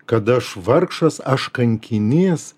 kad aš vargšas aš kankinys